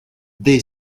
they